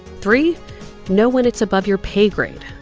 three know when it's above your pay grade.